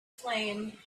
flame